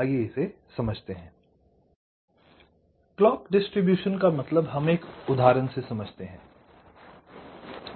आईये इसे समझते हैं क्लॉक डिस्ट्रिब्यूशन का मतलब हम एक उदाहरण से समझते हैं